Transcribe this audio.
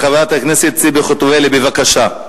חברת הכנסת ציפי חוטובלי, בבקשה.